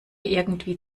irgendwie